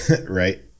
Right